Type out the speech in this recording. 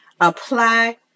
apply